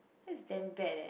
that's damn bad eh